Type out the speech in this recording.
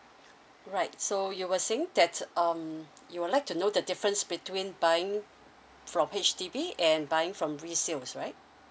alright so you were saying that um you would like to know the difference between buying from H_D_B and buying from resales right